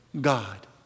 God